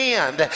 end